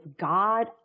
God